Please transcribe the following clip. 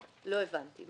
לא הבנתי,